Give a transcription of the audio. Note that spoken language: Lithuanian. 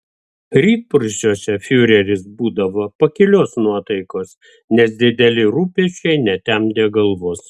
rytprūsiuose fiureris būdavo pakilios nuotaikos nes dideli rūpesčiai netemdė galvos